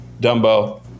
Dumbo